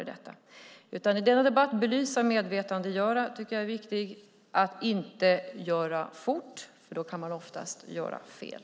Jag tycker att det är viktigt att i debatten belysa och medvetandegöra och att inte göra fort, för då kan man ofta göra fel.